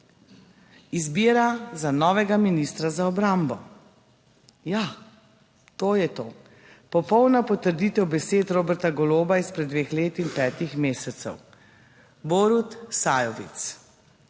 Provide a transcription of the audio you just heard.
Izbira za novega ministra za obrambo. Ja, to je to. Popolna potrditev besed Roberta Goloba izpred dveh let in petih mesecev. Borut Sajovic,